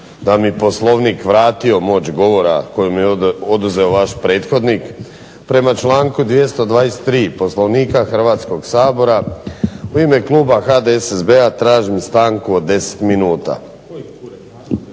da mi Poslovnik vratio moć govora koju mi je oduzeo vaš prethodnik prema članku 223. Poslovnika Hrvatskog sabora u ime Kluba HDSSB-a tražim stanku od 10 minuta.